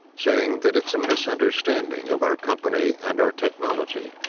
saying that it's a misunderstanding of our company and our technology.